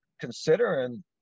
considering